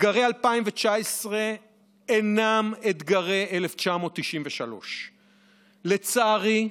אתגרי 2019 אינם אתגרי 1993. לצערי,